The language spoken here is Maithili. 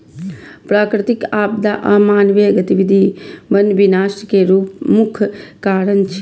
प्राकृतिक आपदा आ मानवीय गतिविधि वन विनाश के मुख्य कारण छियै